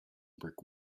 brick